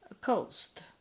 Coast